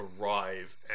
arrive